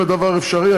אם הדבר אפשרי.